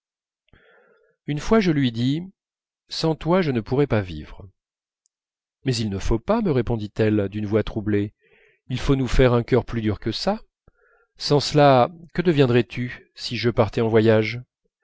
une fois je lui dis sans toi je ne pourrais pas vivre mais il ne faut pas me répondit-elle d'une voix troublée il faut nous faire un cœur plus dur que ça sans cela que deviendrais tu si je partais en voyage